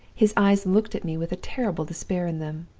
his eyes looked at me with a terrible despair in them.